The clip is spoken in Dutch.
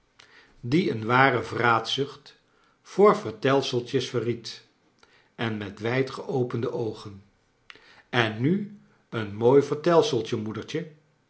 die een ware kleine dorrit vraatzucht voor vertelseltjes verried en met wijd geopende oogen en nu een mooi vertelseltje moedertje